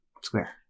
Square